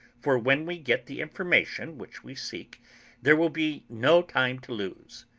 for when we get the information which we seek there will be no time to lose.